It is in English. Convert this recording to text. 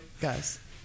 guys